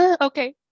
Okay